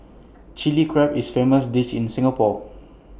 Chilli Crab is A famous dish in Singapore